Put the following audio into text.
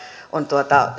on